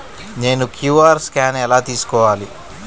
నేను QR scan ఎలా తీసుకోవాలి?